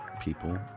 people